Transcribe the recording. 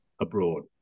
abroad